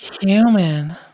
human